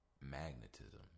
magnetism